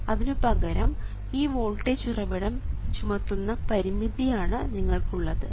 അതിനുപകരം ഈ വോൾട്ടേജ് ഉറവിടം ചുമത്തുന്ന പരിമിതിയാണ് നിങ്ങൾക്കുള്ളത്